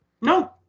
No